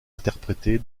interprétée